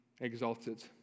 exalted